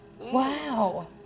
Wow